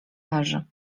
leży